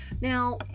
Now